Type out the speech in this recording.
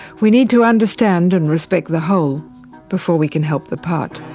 we need to understand and respect the whole before we can help the part.